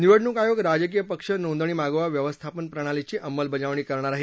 निवडणूक आयोग राजकीय पक्ष नोंदणी मागोवा व्यवस्थापन प्रणालीची अंमलबजावणी करणार आहे